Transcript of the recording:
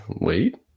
wait